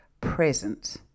present